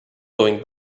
going